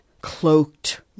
cloaked